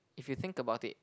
if you think about it